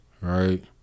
right